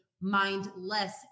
mindless